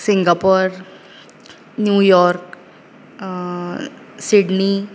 Singapore New York Sydney